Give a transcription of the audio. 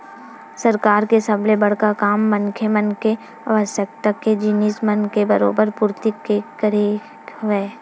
सरकार के सबले बड़का काम मनखे मन के आवश्यकता के जिनिस मन के बरोबर पूरति के करई हवय